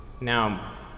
Now